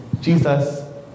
Jesus